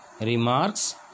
remarks